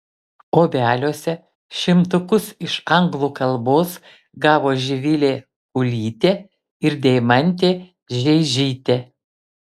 obeliuose šimtukus iš anglų kalbos gavo živilė kulytė ir deimantė žeižytė